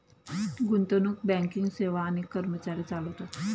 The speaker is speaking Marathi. गुंतवणूक बँकिंग सेवा अनेक कर्मचारी चालवतात